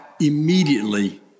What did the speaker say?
immediately